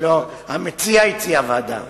לא, המציע הציע ועדה.